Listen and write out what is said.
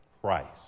Christ